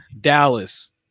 Dallas